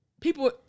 people